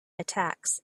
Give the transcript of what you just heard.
attacks